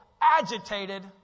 agitated